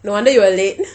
no wonder you were late